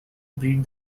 breed